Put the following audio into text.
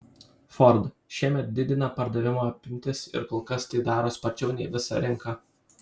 ford šiemet didina pardavimo apimtis ir kol kas tai daro sparčiau nei visa rinka